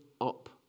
up